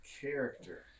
character